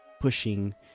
pushing